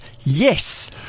Yes